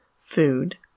food